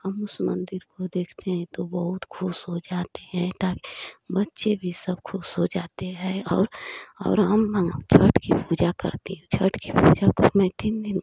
हम उस मंदिर को देखते हैं तो बहुत खुश हो जाते हैं ताकि बच्चे भी सब खुश हो जाते हैं और और हम छठ की पूजा करती हूँ छठ की पूजा को मैं तीन दिन